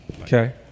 Okay